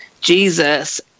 Jesus